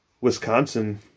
Wisconsin